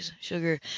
Sugar